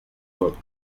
work